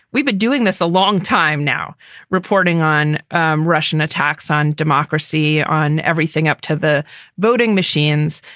we've been doing this a long time now reporting on um russian attacks, on democracy, on everything up to the voting machines.